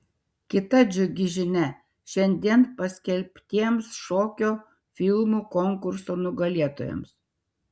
kita džiugi žinia šiandien paskelbtiems šokio filmų konkurso nugalėtojams